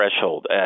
threshold